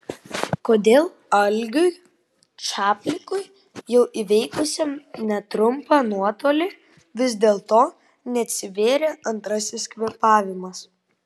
kodėl algiui čaplikui jau įveikusiam netrumpą nuotolį vis dėlto neatsivėrė antrasis kvėpavimas